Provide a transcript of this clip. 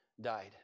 died